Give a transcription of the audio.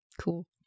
Cool